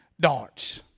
darts